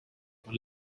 con